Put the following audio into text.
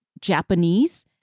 Japanese